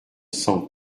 s’en